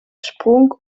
sprung